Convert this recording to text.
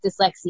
dyslexia